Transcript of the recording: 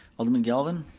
alderman galvin?